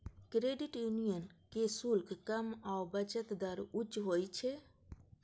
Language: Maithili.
क्रेडिट यूनियन के शुल्क कम आ बचत दर उच्च होइ छै